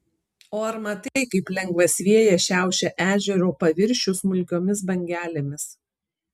o ar matai kaip lengvas vėjas šiaušia ežero paviršių smulkiomis bangelėmis